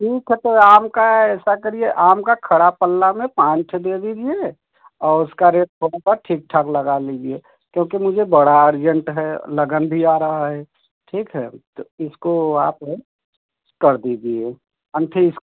ठीक है तो आम का ऐसा करिए आम का खड़े पल्ले में पाँच ठो दे दीजिए और उसका रेट थोड़ा सा ठीक ठाक लगा लीजिए क्योंकि मुझे बड़ा अर्जेंट है लगन भी आ रहा है ठीक है तो इसको आप कर दीजिए अमठी